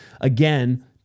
again